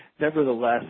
Nevertheless